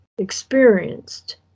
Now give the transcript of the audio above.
experienced